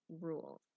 rules